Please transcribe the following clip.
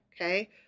Okay